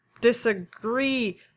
disagree